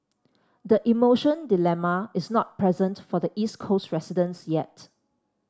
the emotion dilemma is not present for the East Coast residents yet